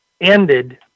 ended